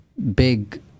big